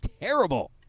terrible